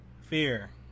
Fear